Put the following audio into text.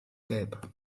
gelb